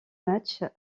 matchs